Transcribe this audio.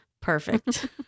Perfect